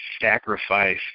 sacrifice